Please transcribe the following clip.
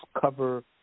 cover